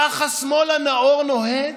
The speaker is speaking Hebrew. כך השמאל הנאור נוהג?